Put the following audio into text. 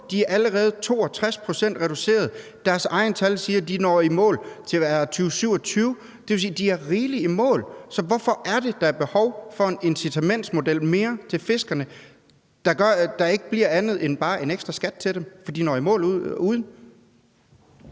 De har allerede reduceret 62 pct. Deres egne tal siger, at de når i mål i 2027. Det vil sige, at de når i mål i rigelig tid. Så hvorfor er det, at der er behov for en incitamentsmodel mere til fiskerne, der gør, at der ikke bliver andet end bare en ekstra skat til dem? For de når i mål uden.